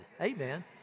Amen